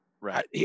right